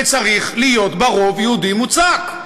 וצריך להיות בה רוב יהודי מוצק.